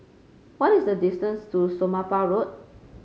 what is the distance to Somapah Road